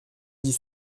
dix